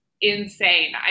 insane